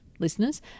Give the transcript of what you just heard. listeners